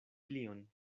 plion